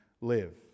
live